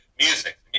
Music